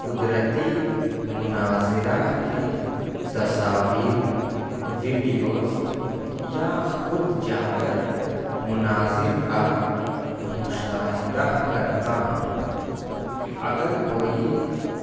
قدرتی مناظر کی تصاویر ویڈیوز یا خود جا کر مناظر کا مشاہدہ کرتا ہوں اگر کوئی